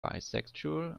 bisexual